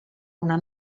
una